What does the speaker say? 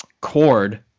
cord